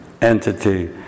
entity